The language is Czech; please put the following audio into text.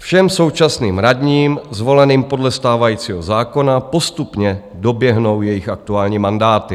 Všem současným radním zvoleným podle stávajícího zákona postupně doběhnou jejich aktuální mandáty.